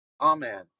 Amen